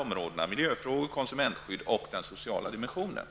områdena miljöfrågor, konsumentskydd och den sociala dimensionen?